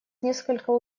несколько